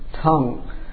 tongue